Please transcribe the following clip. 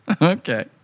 Okay